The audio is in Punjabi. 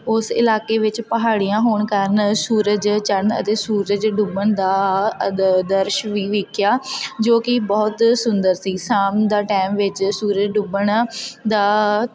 ਉਸ ਇਲਾਕੇ ਵਿੱਚ ਪਹਾੜੀਆਂ ਹੋਣ ਕਾਰਨ ਸੂਰਜ ਚੜ੍ਹਨ ਅਤੇ ਸੂਰਜ ਡੁੱਬਣ ਦਾ ਅਦ ਦ੍ਰਿਸ਼ ਵੀ ਵੇਖਿਆ ਜੋ ਕਿ ਬਹੁਤ ਸੁੰਦਰ ਸੀ ਸ਼ਾਮ ਦਾ ਟਾਈਮ ਵਿੱਚ ਸੂਰਜ ਡੁੱਬਣ ਦਾ